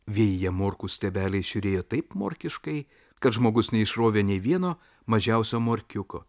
vėjyje morkų stiebeliai žiūrėjo taip morkiškai kad žmogus neišrovė nė vieno mažiausio morkiuko